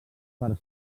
per